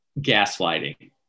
gaslighting